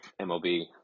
MLB